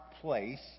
place